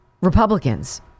Republicans